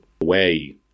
away